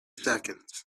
seconds